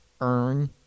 earn